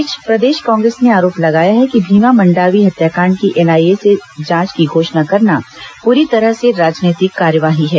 इस बीच प्रदेश कांग्रेस ने आरोप लगाया है कि भीमा मंडावी हत्याकांड की एनआईए जांच की घोषणा करना पूरी तरह से राजनैतिक कार्यवाही है